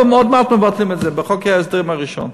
ועוד מעט מבטלים את זה בחוק ההסדרים הראשון.